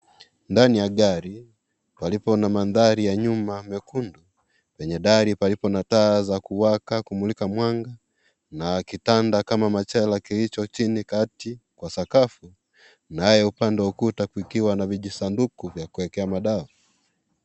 Ndani ya gari palipo na mandhari ya nyuma mekundu kwenye dari palipo na taa za kuwaka kumulika mwanga, na kitanda kama machela kilicho chini kati ya sakafu, naye upande wa ukuta kukiwa na vijisanduku vya kuwekwa madawa.